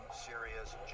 serious